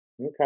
Okay